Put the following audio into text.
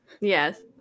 Yes